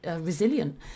resilient